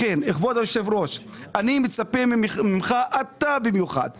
לכן כבוד היושב ראש, אני מצפה ממך, במיוחד אתה,